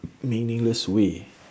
meaningless way